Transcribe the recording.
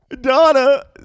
Donna